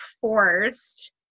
forced